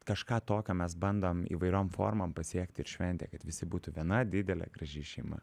kažką tokio mes bandom įvairiom formom pasiekti ir šventėj kad visi būtų viena didelė graži šeima